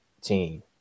team